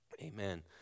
Amen